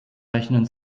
rechnen